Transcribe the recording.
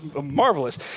marvelous